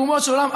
ברומו של עולם,